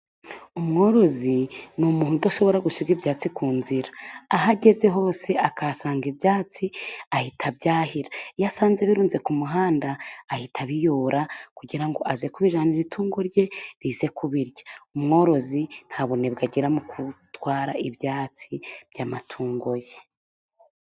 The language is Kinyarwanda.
Umworozi ni umuntu udashobora gusiga ibyatsi ku nzira aho ageze hose akahasanga ibyatsi ahita abyahira, iyo asanze birunze ku muhanda ahita abiyobora kugira ngo aze kubijyanira itungo rye rize kubirya. Umworozi ntabunebwe agira mu gutwara ibyatsi by'amatungo ye.